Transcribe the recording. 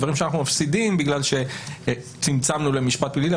דברים שאנחנו מפסידים בגלל שצמצמנו למשפט פלילי.